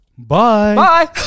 Bye